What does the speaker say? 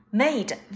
made